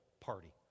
party